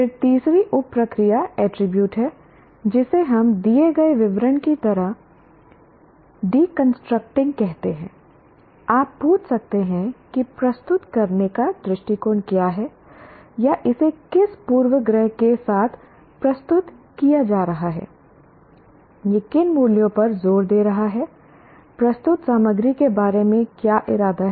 फिर तीसरी उप प्रक्रिया अटरीब्यूट है जिसे हम दिए गए विवरण की तरह डिकंस्ट्रक्टिंग कहते हैं आप पूछ सकते हैं कि प्रस्तुत करने का दृष्टिकोण क्या है या इसे किस पूर्वाग्रह के साथ प्रस्तुत किया जा रहा है यह किन मूल्यों पर जोर दे रहा है प्रस्तुत सामग्री के बारे में क्या इरादा है